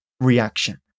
reaction